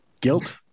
guilt